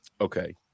Okay